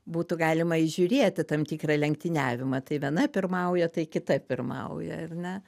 būtų galima įžiūrėti tam tikrą lenktyniavimą tai viena pirmauja tai kita pirmauja ar ne